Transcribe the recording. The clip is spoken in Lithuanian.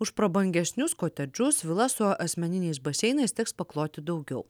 už prabangesnius kotedžus vilas su asmeniniais baseinais teks pakloti daugiau